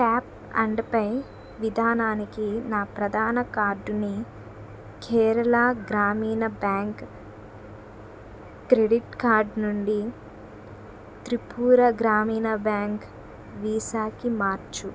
tap and pay విధానానికి నా ప్రధాన కార్డుని కేరళ గ్రామీణ బ్యాంక్ క్రెడిట్ కార్డు నుండి త్రిపుర గ్రామీణ బ్యాంక్ వీసాకి మార్చు